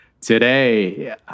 today